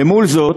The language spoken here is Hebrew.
למול זאת,